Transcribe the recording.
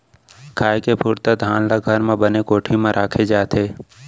खाए के पुरता धान ल घर म बने कोठी म राखे जाथे